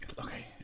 Okay